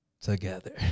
together